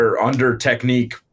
under-technique